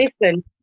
listen